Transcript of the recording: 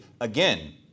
Again